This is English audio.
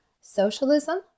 Socialism